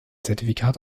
zertifikat